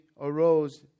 arose